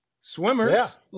Swimmers